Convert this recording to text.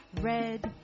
red